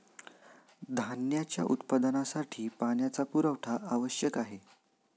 धान्याच्या उत्पादनासाठी पाण्याचा पुरवठा आवश्यक आहे